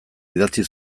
idatzi